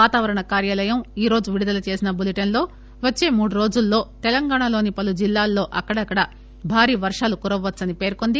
వాతావరణ కార్యాలయం ఈరోజు విడుదల చేసిన బులెటిన్ లో వచ్చే మూడు రోజుల్లో తెలంగాణలోని పలు జిల్లాల్లో అక్కడక్కడా భారీ వర్షాలు కురవవచ్చని పేర్కొంది